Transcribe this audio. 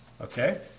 Okay